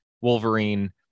Wolverine